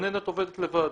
הגננת עובדת לבד.